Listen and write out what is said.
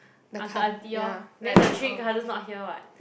uncle aunty lor then the three cousins not here what